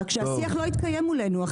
רק שהשיח לא התקיים מולנו,